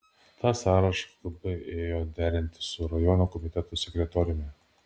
tą sąrašą kgb ėjo derinti su rajono komiteto sekretoriumi